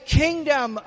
kingdom